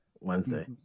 Wednesday